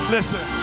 Listen